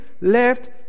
left